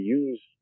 use